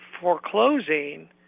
foreclosing